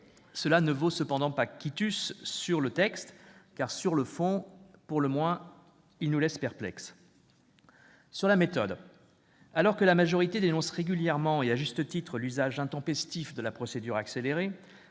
Cela ne vaut cependant pas quitus sur le texte, qui, sur le fond, nous laisse pour le moins perplexes. Concernant la méthode, alors que la majorité dénonce régulièrement et à juste titre l'usage intempestif de la procédure accélérée